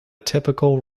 typical